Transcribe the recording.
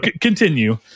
continue